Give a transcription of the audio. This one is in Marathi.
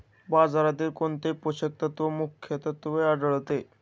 बाजरीत कोणते पोषक तत्व मुख्यत्वे आढळते?